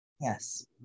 Yes